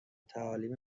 تعالیم